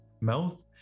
mouth